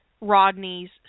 Rodney's